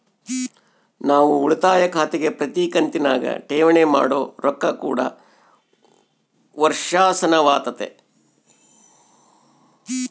ನಾವು ಉಳಿತಾಯ ಖಾತೆಗೆ ಪ್ರತಿ ಕಂತಿನಗ ಠೇವಣಿ ಮಾಡೊ ರೊಕ್ಕ ಕೂಡ ವರ್ಷಾಶನವಾತತೆ